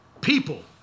people